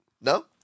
no